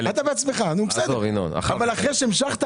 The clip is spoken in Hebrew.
אתה מבין,